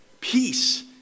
Peace